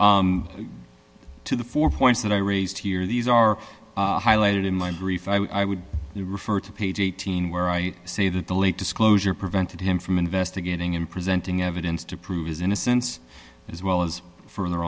briefly the four points that i raised here these are highlighted in my brief i would refer to page eighteen where i say that the late disclosure prevented him from investigating and presenting evidence to prove his innocence as well as further